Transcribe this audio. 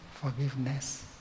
forgiveness